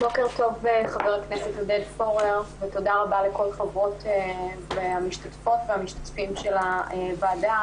בוקר טוב לחבר הכנסת עודד פורר ותודה למשתתפות ולמשתתפים של הוועדה.